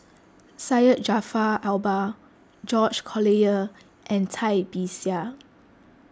Syed Jaafar Albar George Collyer and Cai Bixia